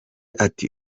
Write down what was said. ati